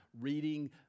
reading